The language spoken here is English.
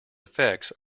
effects